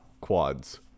quads